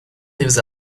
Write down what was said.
leaves